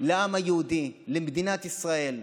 לעם היהודי, למדינת ישראל,